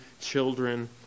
children